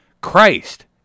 christ